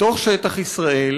לתוך שטח ישראל,